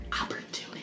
opportunity